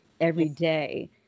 everyday